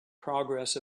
progress